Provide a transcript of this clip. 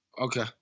Okay